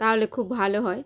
তাহলে খুব ভালো হয়